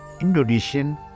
Indonesian